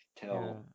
till